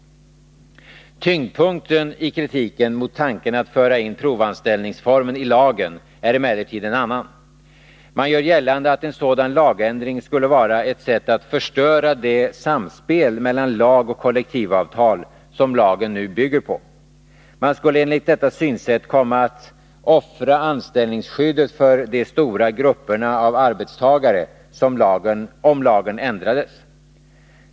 Tyngdpunkten i kritiken mot tanken att föra in provanställningsformen i lagen är emellertid en annan. Man gör gällande att en sådan lagändring skulle vara ett sätt att förstöra det samspel mellan lag och kollektivavtal som lagen nu bygger på. Man skulle enligt detta synsätt komma att ”offra anställningsskyddet för de stora grupperna av arbetstagare” om lagen ändrades.